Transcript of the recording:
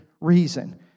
reason